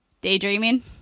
Daydreaming